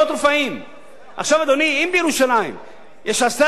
אדוני, בירושלים יש 10,000 דירות ריקות.